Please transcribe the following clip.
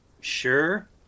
sure